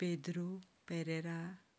Pedro Pereira